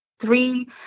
three